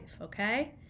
okay